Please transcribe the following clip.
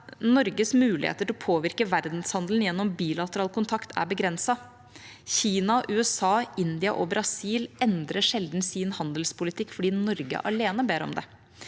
«Norges muligheter til å påvirke verdenshandelen gjennom bilateral kontakt er begrenset. Kina, USA, India [og] Brasil (…) endrer sjelden sin handelspolitikk fordi Norge alene ber om det.